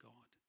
God